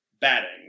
batting